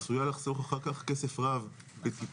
עשויה לחסוך אחר כך כסף רב בטיפול,